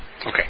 Okay